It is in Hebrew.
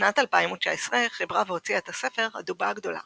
בשנת 2019 חיברה והוציאה את הספר "הדובה הגדולה